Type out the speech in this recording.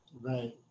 Right